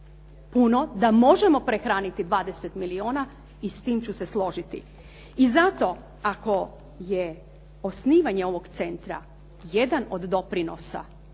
puno, da možemo prehraniti 20 milijuna i s tim ću se složiti. I zato, ako je osnivanje ovog centra jedan od doprinosa